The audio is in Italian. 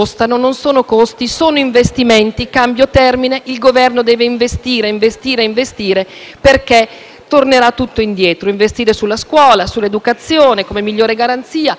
il Governo deve investire, investire e investire, perché l'investimento produrrà un rientro. Investire sulla scuola e sull'educazione, come migliore garanzia perché la scuola è un osservatorio privilegiato.